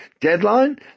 deadline